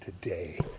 today